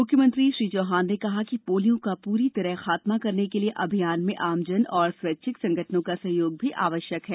मुख्यमंत्री श्री चौहान ने कहा कि पोलियो का पूरी तरह खात्मा करने के लिए अभियान में आमजन और स्वैच्छिक संगठनों का सहयोग भी आवश्यक है